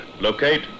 locate